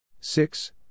six